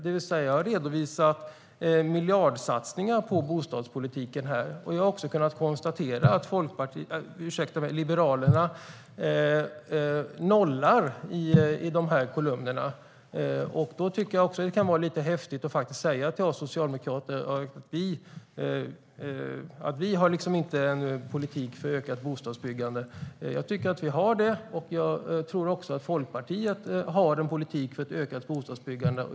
Jag har redovisat miljardsatsningar på bostadspolitiken. Jag har också kunnat konstatera att Liberalerna nollar i de här kolumnerna. Då tycker jag att det kan vara lite häftigt att säga till oss socialdemokrater att vi inte har en politik för ökat bostadsbyggande. Jag tycker att vi har det. Jag tror också att Liberalerna har en politik för ett ökat bostadsbyggande.